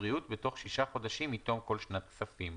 הבריאות בתוך שישה חודשים מתום כל שנת כספים,